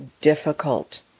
difficult